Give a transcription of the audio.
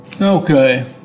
Okay